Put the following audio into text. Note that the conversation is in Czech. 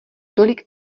tolik